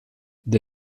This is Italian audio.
the